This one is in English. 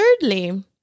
Thirdly